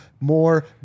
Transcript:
More